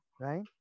Right